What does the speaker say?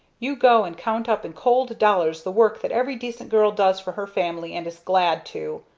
you go and count up in cold dollars the work that every decent girl does for her family and is glad to!